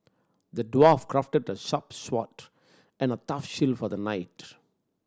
the dwarf crafted a sharp sword and a tough shield for the knight